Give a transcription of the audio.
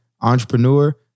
entrepreneur